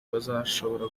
bazashobora